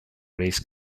race